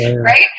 right